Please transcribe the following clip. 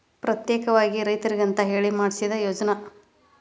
ಪ್ರತ್ಯೇಕವಾಗಿ ರೈತರಿಗಂತ ಹೇಳಿ ಮಾಡ್ಸಿದ ಯೋಜ್ನಾ